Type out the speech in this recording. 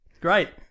Great